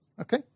okay